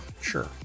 sure